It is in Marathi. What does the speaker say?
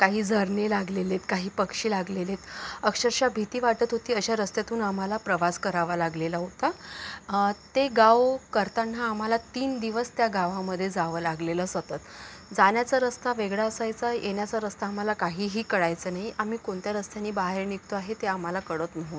काही झरने लागलेले काही पक्षी लागलेले अक्षरशः भीती वाटत होती अशा रस्त्यातून आम्हाला प्रवास करावा लागलेला होता ते गाव करताना आम्हाला तीन दिवस त्या गावामध्ये जावं लागलेलं सतत जाण्याचा रस्ता वेगळा असायचा येण्याचा रस्ता आम्हाला काहीही कळायचा नाही आम्ही कोणत्या रस्त्याने बाहेर निघतो आहे ते आम्हाला कळत नव्हतं